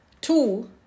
Two